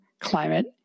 climate